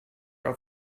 auf